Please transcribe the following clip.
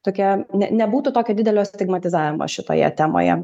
tokia ne nebūtų tokio didelio stigmatizavimo šitoje temoje